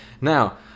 Now